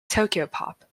tokyopop